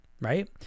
right